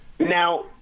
Now